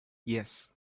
yes